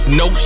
no